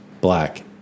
black